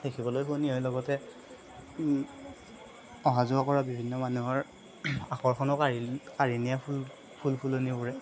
দেখিবলৈ শুৱনি হয় লগতে অহা যোৱা কৰা বিভিন্ন মানুহৰ আকৰ্ষণো কাঢ়ি কাঢ়ি নিয়ে ফুল ফুল ফুলনিবোৰে